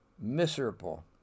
miserable